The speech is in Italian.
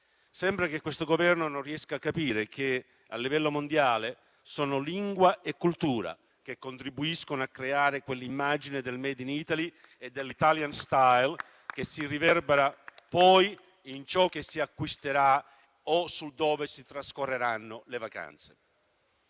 Sembra che questo Governo non riesca a capire che a livello mondiale sono lingua e cultura che contribuiscono a creare quell'immagine del *made in Italy* e dell'*italian style* che si riverbera poi in ciò che si acquisterà o nel luogo in cui si trascorreranno le vacanze.